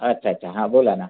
अच्छा अच्छा हां बोला ना